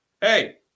Hey